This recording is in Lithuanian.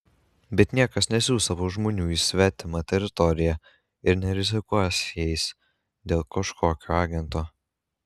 bet niekas nesiųs savo žmonių į svetimą teritoriją ir nerizikuos jais dėl kažkokio agento